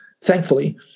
thankfully